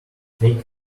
take